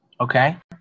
Okay